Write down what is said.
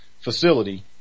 Facility